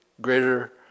greater